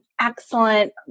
Excellent